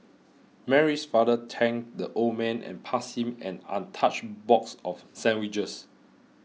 Mary's father thanked the old man and passed him an untouched box of sandwiches